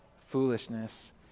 foolishness